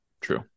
True